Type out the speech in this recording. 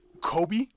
Kobe